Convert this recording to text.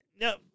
no